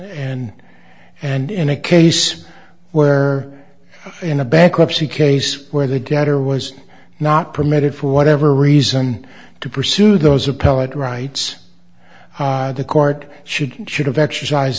and and in a case where in a bankruptcy case where they get or was not permitted for whatever reason to pursue those appellate rights the court she can should have exercise